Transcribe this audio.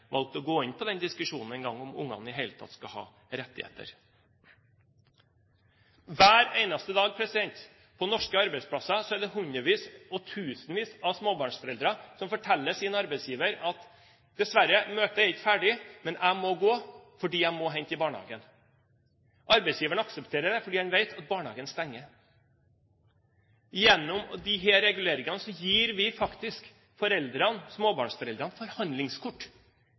å gå inn på den diskusjonen om barna skal ha rettigheter. Hver eneste dag på norske arbeidsplasser er det hundrevis og tusenvis av småbarnsforeldre som forteller sin arbeidsgiver at dessverre, møtet er ikke ferdig, men jeg må gå, fordi jeg må hente i barnehagen. Arbeidsgiveren aksepterer det fordi han vet at barnehagen stenger. Gjennom disse reguleringene gir vi faktisk småbarnsforeldrene forhandlingskort